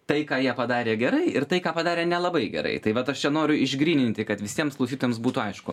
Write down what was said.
tai ką jie padarė gerai ir tai ką padarė nelabai gerai tai vat aš čia noriu išgryninti kad visiems klausytojams būtų aišku